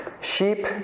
Sheep